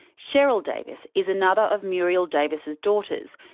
sheryl davis is another of muriel davis' daughters,